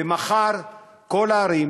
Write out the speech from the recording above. ומחר כל הערים,